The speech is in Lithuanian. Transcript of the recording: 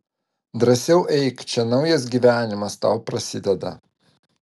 drąsiau eik čia naujas gyvenimas tau prasideda